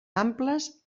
amples